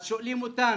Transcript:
אז שואלים אותנו: